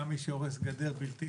גם מי שהורס גדר בלתי חוקית,